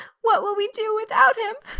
what will we do without him?